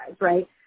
right